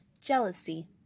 jealousy